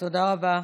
תודה רבה.